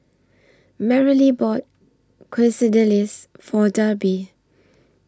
Merrilee bought Quesadillas For Darby